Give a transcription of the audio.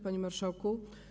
Panie Marszałku!